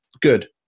good